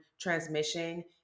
transmission